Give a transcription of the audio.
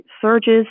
surges